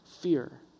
fear